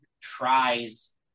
tries